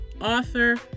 Author